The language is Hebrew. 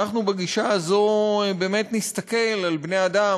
שאנחנו בגישה הזו באמת נסתכל על בני-אדם,